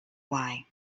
why